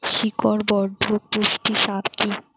শিকড় বর্ধক পুষ্টি সার কি?